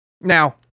Now